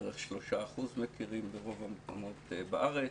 בערך 3% מכירים ברוב המקומות בארץ,